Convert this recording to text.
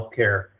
healthcare